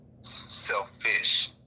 selfish